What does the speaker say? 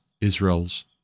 Israel's